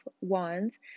Wands